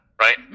right